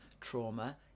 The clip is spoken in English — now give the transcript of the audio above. trauma